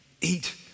Eat